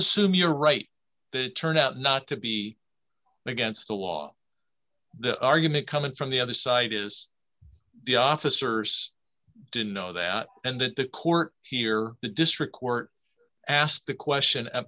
assume you're right that turned out not to be against the law the argument coming from the other side is the officers didn't know that and that the court here the district court asked the question